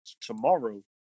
tomorrow